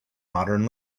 modern